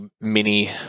mini